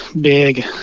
big